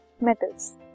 metals